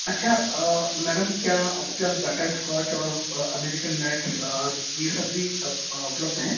अच्छा मैडम क्या आपके पास बटरस्कॉच और अमेरिकन नट्स और ये सब भी उपलब्ध हैं